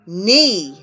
knee